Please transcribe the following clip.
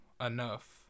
enough